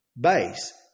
base